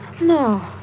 No